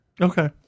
okay